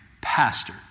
pastor